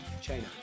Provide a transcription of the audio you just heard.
china